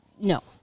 no